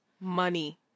Money